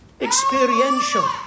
experiential